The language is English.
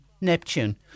Neptune